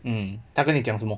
mm 他跟你讲什么